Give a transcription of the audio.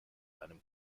einem